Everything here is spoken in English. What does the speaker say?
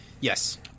Yes